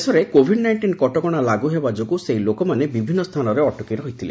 ଦେଶରେ COVID nineteen କଟକଣା ଲାଗୁ ହେବା ଯୋଗୁଁ ସେହି ଲୋକମାନେ ବିଭିନ୍ନ ସ୍ଥାନରେ ଅଟକି ରହିଥିଲେ